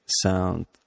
sound